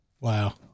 Wow